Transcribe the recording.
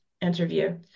interview